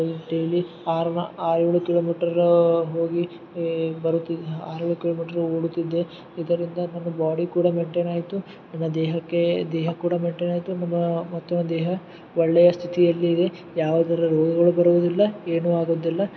ಈಗ ಡೇಲಿ ಆರು ಆರುಏಳು ಕಿಲೋ ಮೀಟರ್ ಹೋಗಿ ಬರುತ್ತಿದೆ ಆರೇಳು ಕಿಲೋ ಮೀಟ್ರ್ ಓಡುತ್ತಿದ್ದೆ ಇದರಿಂದ ನನ್ನ ಬಾಡಿ ಕೂಡ ಮೆಂಟನ್ ಆಯಿತು ಇನ್ನು ದೇಹಕ್ಕೇ ದೇಹಕ್ಕೆ ಕೂಡ ಮೆಂಟನ್ ಆಯಿತು ನಮ್ಮ ಮತ್ತು ದೇಹ ಒಳ್ಳೆಯ ಸ್ಥಿತಿಯಲ್ಲಿದೆ ಯಾವುದರ ರೋಗಗಳು ಬರುವುದಿಲ್ಲ ಏನೂ ಆಗೋದಿಲ್ಲ